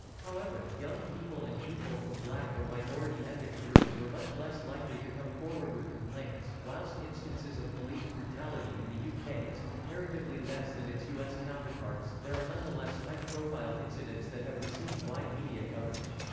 however, young people and people from black or minority ethic groups were much less likely to come forward with complaints whilst instances of police brutality in the yeah uk is comparatively less than its us counterparts, there are nonetheless high profile incidents that have received wide media coverage.